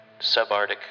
subarctic